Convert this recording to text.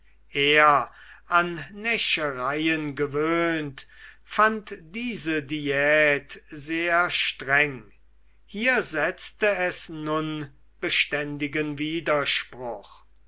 er an näschereien gewöhnt fand diese diät sehr streng hier setzte es nun beständigen widerspruch